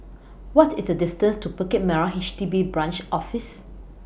What IS The distance to Bukit Merah H D B Branch Office